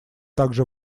также